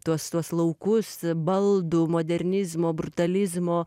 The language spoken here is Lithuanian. tuos tuos laukus baldų modernizmo brutalizmo